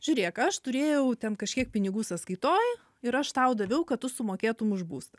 žiūrėk aš turėjau ten kažkiek pinigų sąskaitoj ir aš tau daviau kad tu sumokėtum už būstą